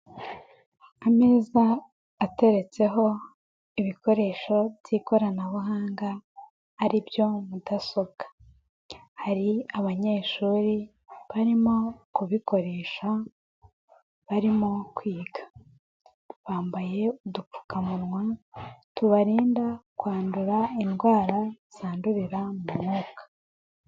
Ameza ateretseho ibikoresho by'ikoranabuhanga ari byo mudasobwa. Hari abanyeshuri barimo kubikoresha barimo kwiga, bambaye udupfukamunwa tubarinda kwandura indwara zandurira mu mwuka.